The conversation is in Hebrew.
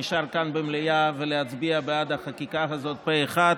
הוא נשאר כאן במליאה כדי להצביע בעד החקיקה הזאת פה אחד,